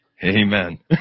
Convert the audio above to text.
Amen